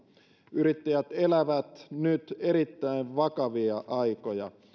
yrittäjät elävät nyt erittäin vakavia aikoja